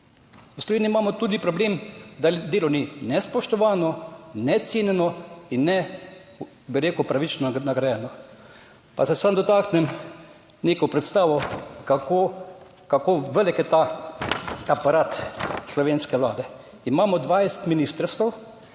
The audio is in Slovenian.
V Sloveniji imamo tudi problem, da delo ni ne spoštovano ne cenjeno in ne, bi rekel, pravično nagrajeno. Pa se samo dotaknem neko predstavo, kako, kako velik je ta aparat slovenske vlade. Imamo 20 ministrstev,